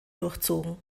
durchzogen